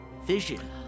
vision